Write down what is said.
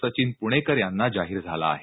सचिन प्णेकर यांना जाहीर झाला आहे